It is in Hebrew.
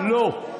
לא.